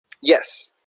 Yes